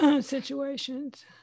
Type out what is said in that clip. situations